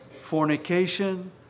fornication